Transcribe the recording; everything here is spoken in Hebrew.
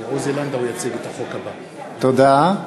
תודה.